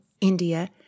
India